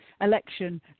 election